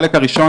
החלק הראשון,